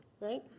right